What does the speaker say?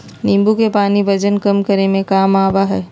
नींबू के पानी वजन कम करे में काम आवा हई